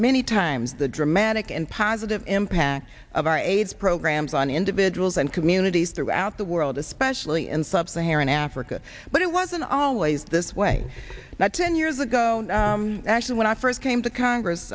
many times the dramatic and positive impact of our aids programs on individuals and communities throughout the world especially in sub saharan africa but it wasn't always this way not ten years ago actually when i first came to congress